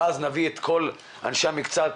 ואז נביא את כל אנשי המקצוע,